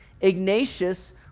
Ignatius